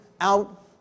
out